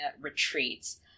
retreats